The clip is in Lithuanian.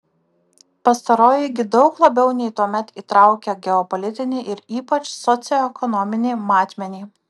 pastaroji gi daug labiau nei tuomet įtraukia geopolitinį ir ypač socioekonominį matmenį